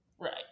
right